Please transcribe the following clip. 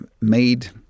made